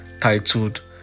titled